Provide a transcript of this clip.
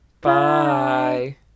Bye